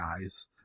guys